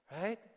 right